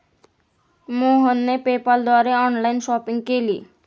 मोहनने पेपाल द्वारे online shopping केली